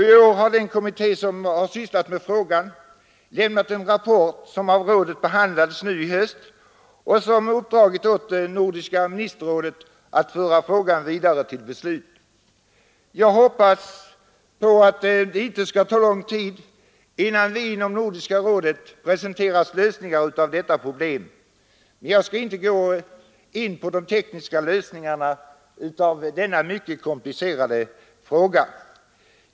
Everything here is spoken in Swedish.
I år har den kommitté som sysslat med frågan lämnat en rapport. Rådet har nu i höst behandlat rapporten och uppdragit åt nordiska ministerrådet att föra frågan vidare till beslut. Jag hoppas att det inte skall ta lång tid innan vi inom Nordiska rådet presenteras lösningar. Men jag skall inte gå in på tekniska lösningar av denna mycket komplicerade fråga.